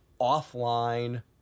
offline